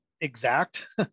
exact